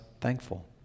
thankful